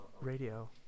radio